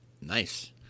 nice